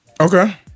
Okay